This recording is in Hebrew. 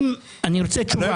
אני רוצה תשובה.